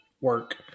work